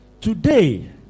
Today